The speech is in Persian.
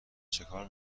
چکار